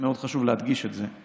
להדגיש את זה.